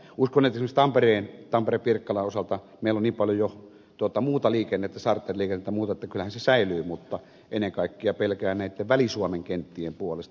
uskon että esimerkiksi tamperepirkkalan osalta meillä on jo niin paljon tuota muuta liikennettä charter liikennettä muuta että kyllähän se lentoasema säilyy mutta ennen kaikkea pelkään näitten väli suomen kenttien puolesta